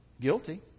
Guilty